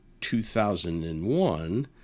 2001